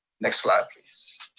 next slide please.